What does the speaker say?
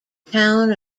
town